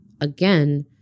again